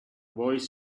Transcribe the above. boys